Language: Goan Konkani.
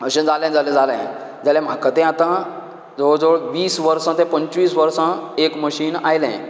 अशें जाले जाल्यार जाले जाल्यार म्हाका ते आता जवळ जवळ वीस वर्सां ते पंचवीस वर्सां एक मशीन आयलें